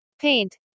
Paint